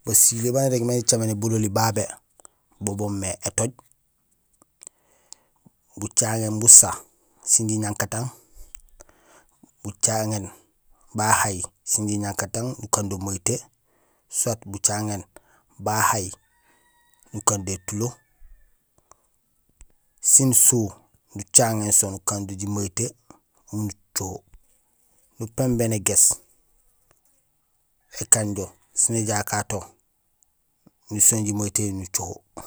Basilé baan irégmé bololi babé bo boomé étooj, bucaŋéén busa sin jiñankatang, bacaŋéén bahay sin jiñankatang nukaan do mayitee, soit bucaŋéén bahay nukando étulo sin suu, nucaŋéén so nukando jimayite miin ucoho, nupimbéén égéés ékanjo sén éjakato, nusohéén jimayitehi nucoho.